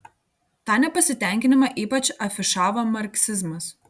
tą nepasitenkinimą ypač afišavo marksizmas